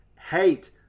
hate